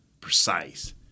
precise